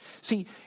See